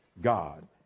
God